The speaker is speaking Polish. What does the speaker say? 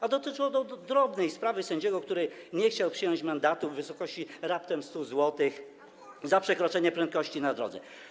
A dotyczyło to drobnej sprawy sędziego, który nie chciał przyjąć mandatu w wysokości raptem 100 zł za przekroczenie prędkości na drodze.